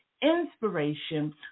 inspiration